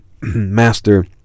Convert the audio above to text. Master